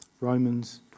Romans